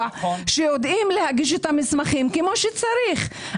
שיודעים להגיש את המסמכים כפי שצריך.